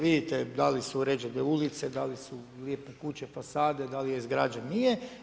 Vidite da li su uređene ulice, da li su lijepe kuće, fasade, da li je izgrađen, nije.